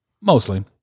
Mostly